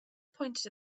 pointed